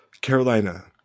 Carolina